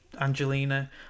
Angelina